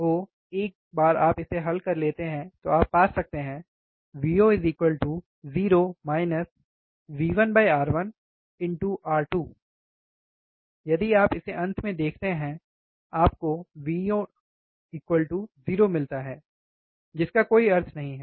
Vo एक बार आप इसे हल कर लेते हैं तो आप पा सकते हैं Vo 0 V1R1R2 यदि आप इसे अंत में देखते हैं आपको Vo 0 मिलता है जिसका कोई अर्थ नहीं है